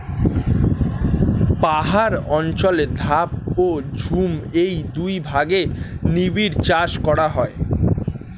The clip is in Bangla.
পাহাড় অঞ্চলে ধাপ ও ঝুম এই দুই ভাগে নিবিড় চাষ করা হয়